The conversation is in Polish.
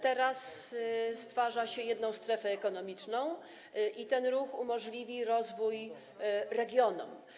Teraz stwarza się jedną strefę ekonomiczną i ten ruch umożliwi rozwój regionom.